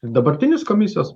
ir dabartinis komisijos